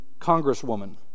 congresswoman